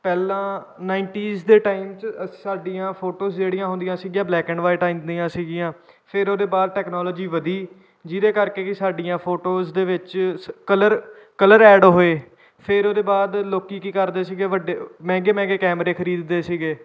ਪਹਿਲਾਂ ਨਾਇੰਨਟੀਸ ਦੇ ਟਾਈਮ 'ਚ ਅ ਸਾਡੀਆਂ ਫੋਟੋਜ ਜਿਹੜੀਆਂ ਆਉਂਦੀਆਂ ਸੀਗੀਆਂ ਬਲੈਕ ਐਂਡ ਵਾਈਟ ਆਈ ਦੀਆਂ ਸੀਗੀਆਂ ਫਿਰ ਉਹਦੇ ਬਾਅਦ ਟੈਕਨੋਲੋਜੀ ਵਧੀ ਜਿਹਦੇ ਕਰਕੇ ਕਿ ਸਾਡੀਆਂ ਫੋਟੋਜ ਦੇ ਵਿੱਚ ਸ ਕਲਰ ਕਲਰ ਐਡ ਹੋਏ ਫਿਰ ਉਹਦੇ ਬਾਅਦ ਲੋਕ ਕੀ ਕਰਦੇ ਸੀਗੇ ਵੱਡੇ ਮਹਿੰਗੇ ਮਹਿੰਗੇ ਕੈਮਰੇ ਖਰੀਦਦੇ ਸੀਗੇ